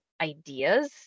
ideas